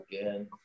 again